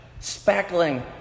Spackling